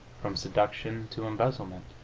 from seduction to embezzlement.